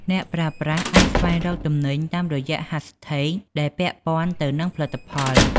អ្នកប្រើប្រាស់អាចស្វែងរកទំនិញតាមរយៈ ហាស់ ថេក hashtags ដែលពាក់ព័ន្ធទៅនឹងផលិតផល។